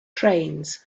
trains